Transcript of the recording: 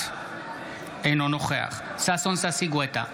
אינו נוכח ששון ששי גואטה,